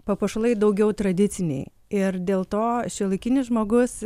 papuošalai daugiau tradiciniai ir dėl to šiuolaikinis žmogus